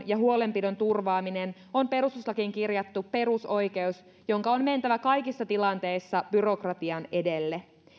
ja huolenpidon turvaaminen on perustuslakiin kirjattu perusoikeus jonka on mentävä kaikissa tilanteissa byrokratian edelle